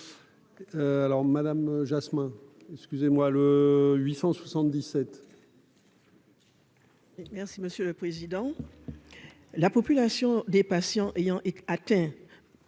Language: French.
alors Madame Jasmin. Excusez moi, le 800 77. Merci monsieur le président, la population des patients ayant atteint